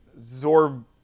zorb